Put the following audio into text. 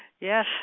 Yes